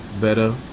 better